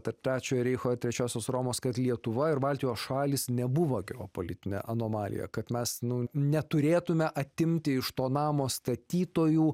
tarp trečiojo reicho trečiosios romos kad lietuva ir baltijos šalys nebuvo geopolitine anomalija kad mes nu neturėtumėme atimti iš to namo statytojų